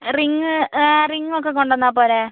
ring ring ഒക്കെ കൊണ്ടുവന്നാൽ പോരേ